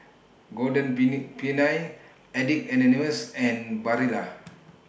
Golden Peony Addicts Anonymous and Barilla